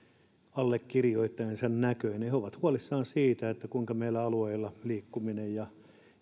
allekirjoittajiensa näköinen he he ovat huolissaan meillä alueilla liikkumisesta ja